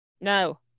no